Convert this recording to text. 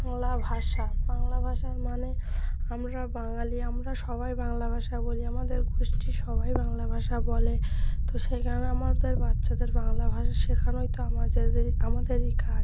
বাংলা ভাষা বাংলা ভাষার মানে আমরা বাঙালি আমরা সবাই বাংলা ভাষা বলি আমাদের গোষ্ঠী সবাই বাংলা ভাষা বলে তো সেইখানে আমাদের বাচ্চাদের বাংলা ভাষা শেখানোই তো আমাদের দেরই আমাদেরই কাজ